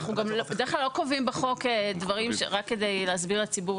בדרך כלל לא קובעים בחוק דברים רק כדי להסביר לציבור